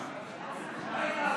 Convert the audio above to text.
שלוש דקות